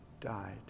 died